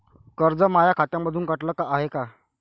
कर्ज माया खात्यामंधून कटलं हाय का?